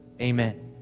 Amen